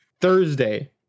Thursday